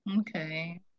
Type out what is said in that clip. okay